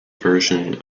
version